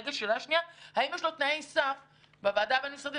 ושאלה שנייה: האם נקבעים לו תנאי סף בוועדה הבין-משרדית?